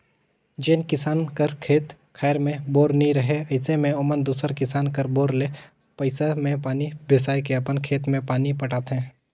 जेन किसान कर खेत खाएर मे बोर नी रहें अइसे मे ओमन दूसर किसान कर बोर ले पइसा मे पानी बेसाए के अपन खेत मे पानी पटाथे